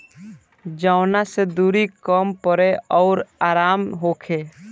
जवना से दुरी कम पड़े अउर आराम होखे